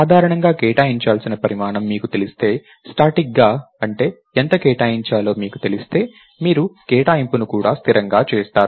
సాధారణంగా కేటాయించాల్సిన పరిమాణం మీకు తెలిస్తే స్టాటిక్ గా స్థిరంగాఅంటే ఎంత కేటాయించాలో మీకు తెలిస్తే మీరు కేటాయింపును కూడా స్థిరంగా చేస్తారు